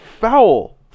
foul